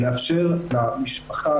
לאפשר למשפחה,